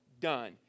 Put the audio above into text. done